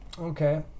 okay